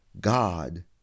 God